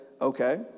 okay